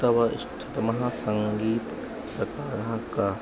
तव इष्टतमः सङ्गीतप्रकारः कः